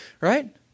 right